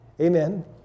Amen